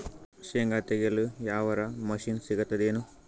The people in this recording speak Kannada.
ಶೇಂಗಾ ತೆಗೆಯಲು ಯಾವರ ಮಷಿನ್ ಸಿಗತೆದೇನು?